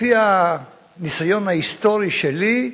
לפי הניסיון ההיסטורי שלי,